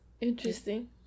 interesting